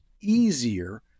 easier